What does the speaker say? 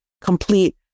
complete